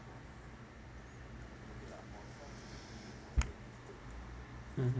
mmhmm